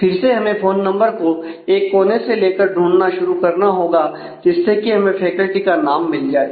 फिर से हमें फोन नंबर को एक कोने से लेकर ढूंढना शुरू करना होगा जिससे कि हमें फैकल्टी का नाम मिल जाए